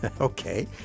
Okay